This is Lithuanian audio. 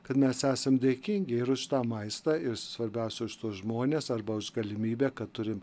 kad mes esam dėkingi ir už tą maistą ir svarbiausia už tuos žmones arba už galimybę kad turim